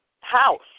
house